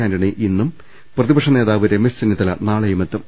ആൻണി ഇന്നും പ്രതിപക്ഷനേതാവ് രമേശ് ചെന്നിത്തല നാളെയും എത്തും